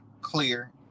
clear